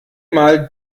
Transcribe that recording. mal